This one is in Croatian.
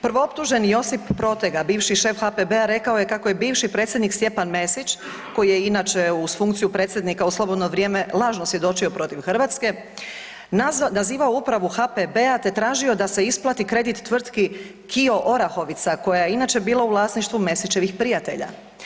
Prvooptuženi Josip Protega bivši šef HPB-a rekao je kako je bivši predsjednik Stjepan Mesić koji je inače uz funkciju predsjednika u slobodno vrijeme lažno svjedočio protiv Hrvatske nazivao upravu HPB-a te tražio da se isplati kredit tvrtki KIO Orahovica koja je inače bila u vlasništvu Mesićevih prijatelja.